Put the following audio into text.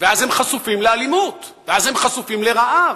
ואז הם חשופים לאלימות, ואז הם חשופים לרעב,